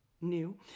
new